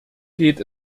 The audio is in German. geht